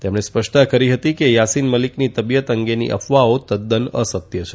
તેમણે સ્પષ્ટતા કરી હતી કે યાસીન મલીકની તબીયત અંગેની અફવાઓ તદ્દન અસત્ય છે